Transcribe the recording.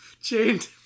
chained